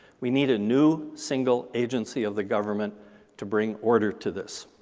we need a new single agency of the government to bring order to this.